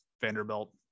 Vanderbilt